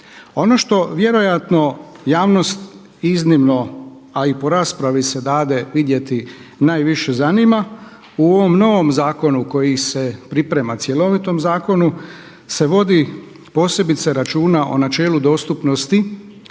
Ono što vjerojatno javnost iznimno a i po raspravi se dade vidjeti najviše zanima u ovom novom zakonu koji se priprema, cjelovitom zakonu se vodi posebice računa o načelu dostupnosti